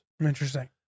interesting